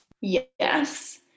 Yes